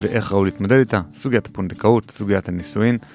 ואיך ראוי להתמודד איתה? סוגיית הפונדקאות? סוגיית הנישואין?